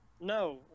No